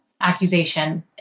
accusation